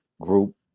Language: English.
group